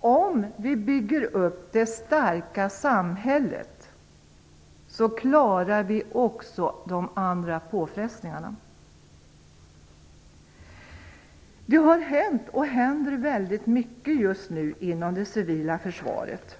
Om vi bygger upp det starka samhället klarar vi också de andra påfrestningarna. Det har hänt och händer väldigt mycket just nu inom det civila försvaret.